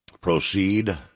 proceed